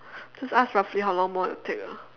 just ask roughly how long more it'll take ah